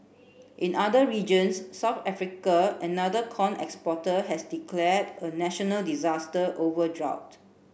in other regions South Africa another corn exporter has declared a national disaster over drought